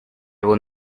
will